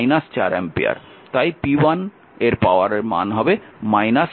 তাই p1 এর পাওয়ারের মান হবে 32 ওয়াট